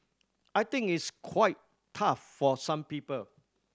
I think it's quite tough for some people